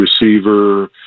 receiver